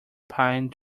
pine